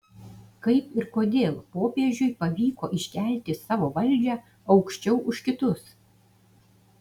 kaip ir kodėl popiežiui pavyko iškelti savo valdžią aukščiau už kitus